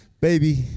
baby